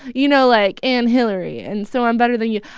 you know, like, and hillary, and so i'm better than you.